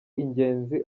ingenzi